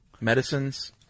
medicines